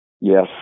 Yes